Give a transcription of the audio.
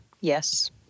Yes